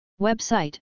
Website